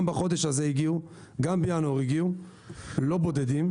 גם בינואר הגיעו ולא בודדים.